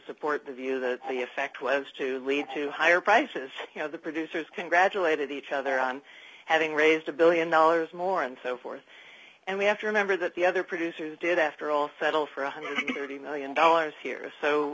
support the view that the effect was to lead to higher prices you know the producers congratulated each other on having raised a one billion dollars more and so forth and we have to remember that the other producers did after all settle for one hundred and thirty million dollars here so